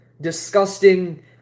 disgusting